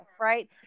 right